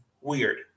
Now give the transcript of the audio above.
Weird